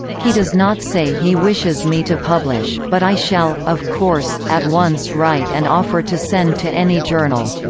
he does not say he wishes me to publish, but i shall, of course, at once write and offer to send to any journal.